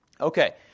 Okay